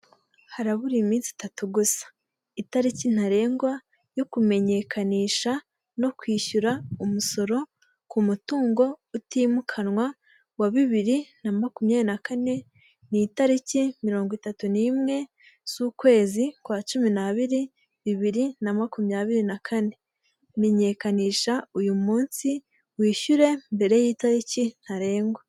Harabura iminsi itatu gusa, itariki ntarengwa yo kumenyekanisha no kwishyura umusoro ku mutungo utimukanwa wa bibiri na makumyabiri na kane, ni itariki mirongo itatu n'imwe z'ukwezi kwa cumi n'abiri, bibiri na makumyabiri na kane, menyekanisha uyu munsi wishyure mbere y'itariki ntarengwa.